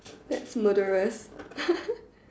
that's murderous